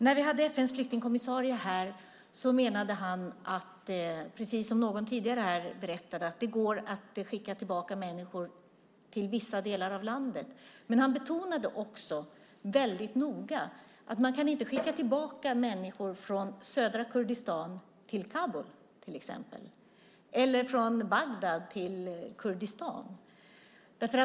När vi hade FN:s flyktingkommissarie här menade han att, precis som någon tidigare här berättade, att det går att skicka tillbaka människor till vissa delar av landet. Han betonade också väldigt noga att man inte kan skicka tillbaka människor exempelvis från södra Kurdistan till Kabul eller från Bagdad till Kurdistan.